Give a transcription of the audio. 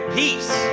peace